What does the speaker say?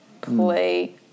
play